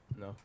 No